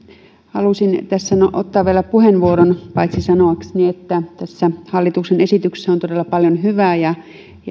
halusin tässä ottaa vielä puheenvuoron sanoakseni että tässä hallituksen esityksessä on on todella paljon hyvää ja